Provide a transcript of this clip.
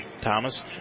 Thomas